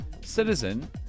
citizen